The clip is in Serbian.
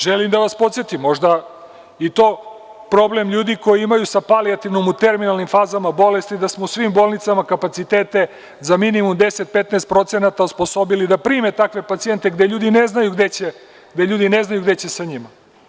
Želim da vas podsetim, možda je i to problem ljudi koji imaju sa palijativnom u terminalnim fazama bolesti, da smo u svim bolnicama kapacitete za minimum 10-15% osposobili da prime takve pacijente, jer ljudi ne znaju gde će sa njima.